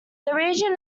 region